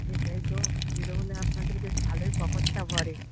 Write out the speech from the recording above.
সেটাই তো আপনাদের বেশ ভালোই পকেটটা ভরে